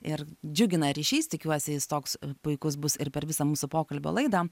ir džiugina ryšys tikiuosi jis toks puikus bus ir per visą mūsų pokalbio laidą